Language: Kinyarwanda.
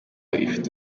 ifite